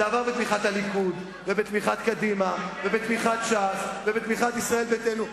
זה עבר בתמיכת הליכוד ובתמיכת קדימה ובתמיכת ש"ס ובתמיכת ישראל ביתנו.